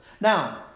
Now